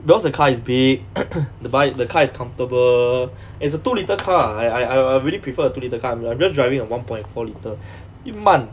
because the car is big the bu~ car is comfortable it's a two litre car I I I really prefer a two litre car I'm just driving a one point four litre 又慢